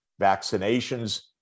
vaccinations